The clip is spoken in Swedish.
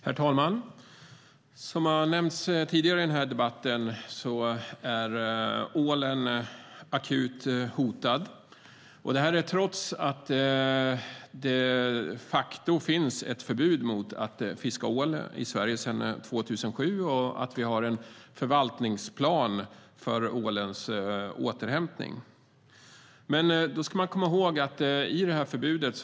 Herr talman! Som har nämnts tidigare i denna debatt är ålen akut hotad - detta trots att det sedan 2007 finns ett förbud mot att fiska ål i Sverige och trots att vi har en förvaltningsplan för ålens återhämtning.